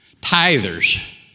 tithers